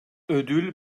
ödül